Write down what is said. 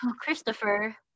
Christopher